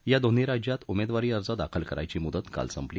या दोन्ही राज्यांत उमेदवारी अर्ज दाखल करायची मुदत काल संपली